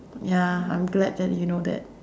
ya I'm glad that you know that